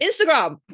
Instagram